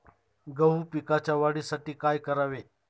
गहू पिकाच्या वाढीसाठी काय करावे?